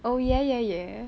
oh ya ya ya